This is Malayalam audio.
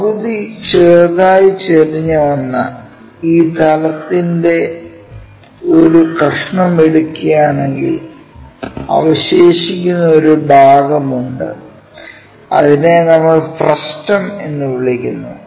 പകുതി ചെറുതായി ചരിഞ്ഞ ഒന്ന് ഈ തലത്തിന്റെ ഒരു കഷണം എടുക്കുകയാണെങ്കിൽ അവശേഷിക്കുന്ന ഒരു ഭാഗമുണ്ട് അതിനെ നമ്മൾ ഫ്രസ്റ്റം എന്ന് വിളിക്കുന്നു